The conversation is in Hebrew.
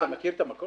אתה מכיר את המקום?